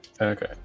okay